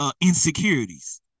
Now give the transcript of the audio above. insecurities